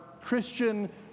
Christian